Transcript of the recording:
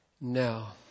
Now